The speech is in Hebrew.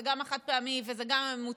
זה גם החד-פעמי וגם הממותקים,